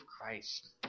Christ